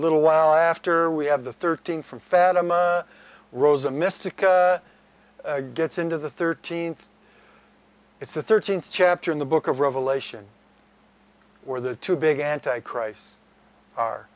little while after we have the thirteenth from fatima rose a mystic gets into the thirteenth it's the thirteenth chapter in the book of revelation where the two big anti christs are